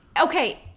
Okay